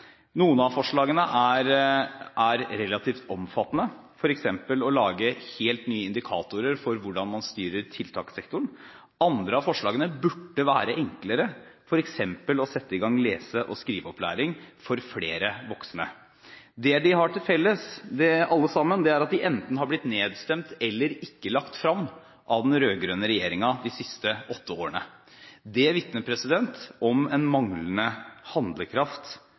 Noen av forslagene er relativt omfattende, f.eks. å lage helt nye indikatorer for hvordan man styrer tiltakssektoren. Andre av forslagene burde være enklere, f.eks. å sette i gang lese- og skriveopplæring for flere voksne. Det de alle sammen har til felles, er at de enten er blitt nedstemt eller ikke lagt fram av den rød-grønne regjeringen de siste åtte årene. Det vitner om en manglende handlekraft